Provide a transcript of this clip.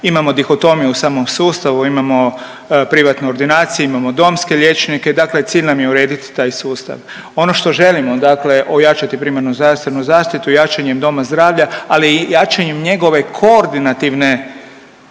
Imamo dihotomiju u samom sustavu, imamo privatne ordinacije, imamo domske liječnike, dakle cilj nam je urediti taj sustav. Ono što želimo dakle ojačati primarnu zdravstvenu zaštitu jačanjem doma zdravlja, ali i jačanjem njegove koordinativne